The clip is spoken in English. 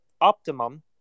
optimum